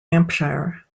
hampshire